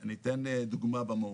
אני אתן דוגמה במהות.